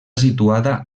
situada